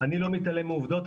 אני לא מתעלם מעובדות,